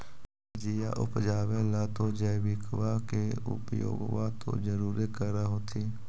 सब्जिया उपजाबे ला तो जैबिकबा के उपयोग्बा तो जरुरे कर होथिं?